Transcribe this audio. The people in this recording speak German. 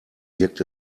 wirkt